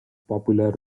popular